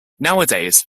nowadays